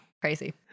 Crazy